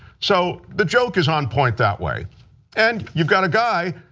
so the joke is on point that way and you've got a guy,